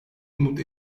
umut